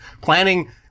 planning